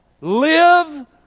live